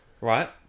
Right